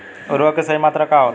उर्वरक के सही मात्रा का होला?